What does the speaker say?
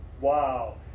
Wow